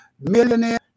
millionaire